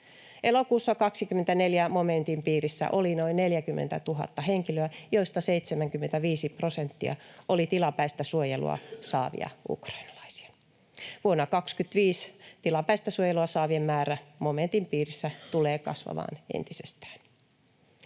Elokuussa 24 tämän momentin piirissä oli noin 40 000 henkilöä, joista 75 prosenttia oli tilapäistä suojelua saavia ukrainalaisia. Vuonna 25 tilapäistä suojelua saavien määrä momentin piirissä tulee kasvamaan entisestään.